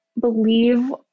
believe